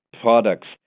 products